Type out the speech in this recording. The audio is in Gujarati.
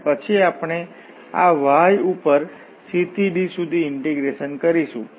અને પછી આપણે આ y ઉપર c થી d સુધી ઇન્ટીગ્રેશન કરીશું